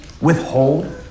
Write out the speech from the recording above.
withhold